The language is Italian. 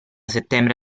settembre